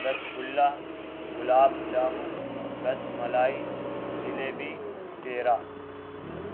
رس گلہ گلاب جامن رس ملائی جلیبی پیڑا